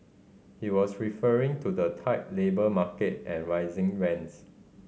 he was referring to the tight labour market and rising rents